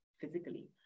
physically